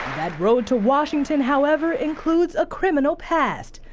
that road to washington, however, including a criminal past.